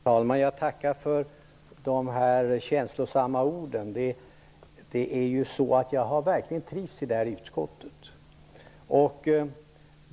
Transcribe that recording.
Herr talman! Jag tackar för dessa känslosamma ord. Jag har verkligen trivts i skatteutskottet.